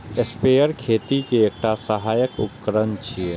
sprayer खेती के एकटा सहायक उपकरण छियै